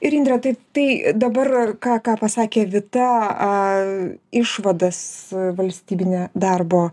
ir indre tai tai dabar ką ką pasakė vita išvadas valstybine darbo